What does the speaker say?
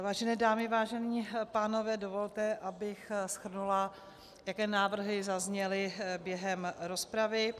Vážené dámy, vážení pánové, dovolte, abych shrnula, jaké návrhy zazněly během rozpravy.